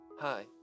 Hi